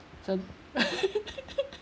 so